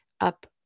up